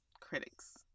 critics